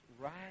right